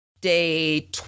day